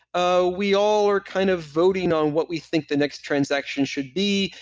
ah we all are kind of voting on what we think the next transaction should be,